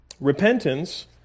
Repentance